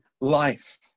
life